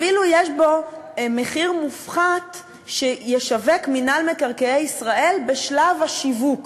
אפילו יש בו מחיר מופחת שבו ישווק מינהל מקרקעי ישראל בשלב השיווק.